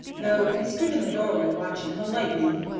though we stood in the doorway watching the lightning,